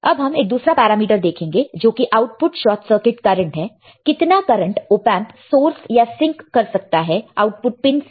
अब हम एक दूसरा पैरामीटर देखेंगे जो कि आउटपुट शॉर्ट सर्किट करंट है कितना करंट ऑपएंप सोर्स या सिंक कर सकता है आउटपुट पिन से